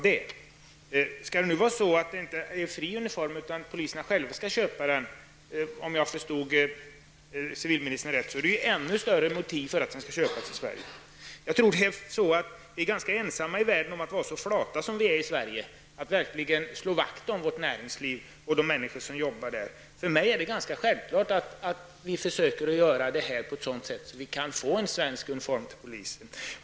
Om nu uniformen inte skall vara fri utan poliserna skall köpa dem själva -- om jag förstod civilministern rätt -- finns det ju ändå starkare motiv för att den skall köpas i Sverige. Jag tror att vi i Sverige är ganska ensamma om att vara så flata när det gäller att slå vakt om vårt näringsliv och de människor som arbetar där. För mig är det ganska självklart att vi försöker göra detta på ett sådant sätt att vi kan få en svensk uniform till polisen.